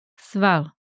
sval